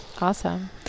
awesome